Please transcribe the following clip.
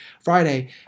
Friday